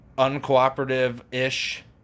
uncooperative-ish